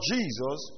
Jesus